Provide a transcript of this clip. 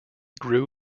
grew